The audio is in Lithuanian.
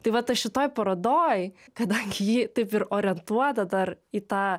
tai vat aš šitoj parodoj kadangi ji taip ir orientuota dar į tą